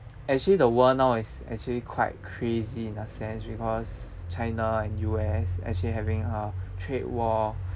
actually the world now is actually quite crazy in a sense because china and U_S actually having a trade war